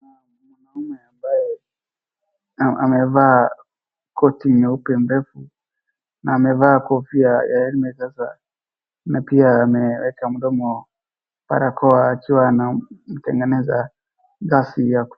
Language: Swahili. Mhudumu ambaye amevaa koti nyeupe ndefu na amevaa kofia ya helmet na pia ameeka mdomo barakoa akiwa anatengeneza gasi.